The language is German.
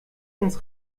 ins